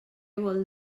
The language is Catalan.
vol